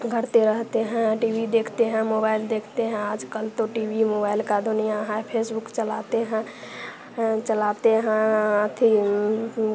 घर पे रहते हैं टी वी देखते हैं मोबाइल देखते हैं आजकल तो टी वी मोबाइल का दुनियाँ है फेसबुक चलाते हैं चलाते हैं अथी